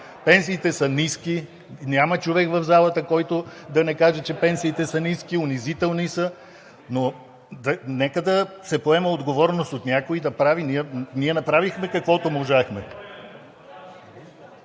пенсиите са ниски и няма човек в залата, който да не каже, че пенсиите са ниски, унизителни са, но нека да се поема отговорност от някой да прави. Ние направихме, каквото можахме.